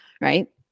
right